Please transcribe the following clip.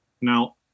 Now